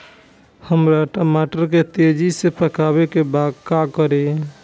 हमरा टमाटर के तेजी से पकावे के बा का करि?